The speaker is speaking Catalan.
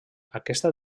aquesta